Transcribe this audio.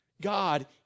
God